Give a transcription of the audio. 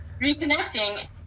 reconnecting